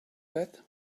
that